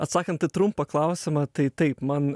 atsakant į trumpą klausimą tai taip man